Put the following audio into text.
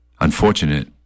unfortunate